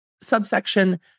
subsection